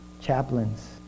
chaplains